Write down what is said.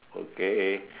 okay